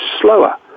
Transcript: slower